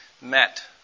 met